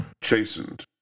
chastened